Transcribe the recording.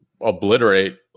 obliterate